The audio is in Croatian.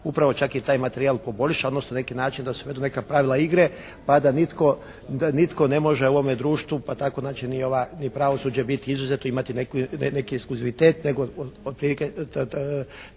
upravo čak i taj materijal poboljša, odnosno na neki način da se uvedu neka pravila igre mada nitko ne može u ovome društvu, pa tako znači ni pravosuđe biti izuzeto i imati neki ekskluzivitet.